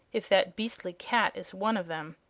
if that beastly cat is one of them.